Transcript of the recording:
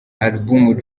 album